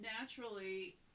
naturally